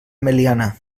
meliana